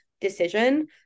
Decision